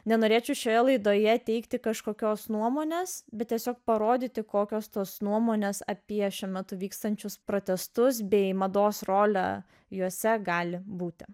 nenorėčiau šioje laidoje teikti kažkokios nuomonės bet tiesiog parodyti kokios tos nuomonės apie šiuo metu vykstančius protestus bei mados rolę juose gali būti